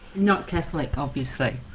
not catholic obviously.